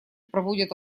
проводят